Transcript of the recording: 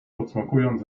pocmokując